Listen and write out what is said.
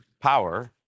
power